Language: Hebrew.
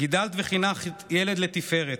גידלת וחינכת ילד לתפארת.